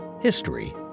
history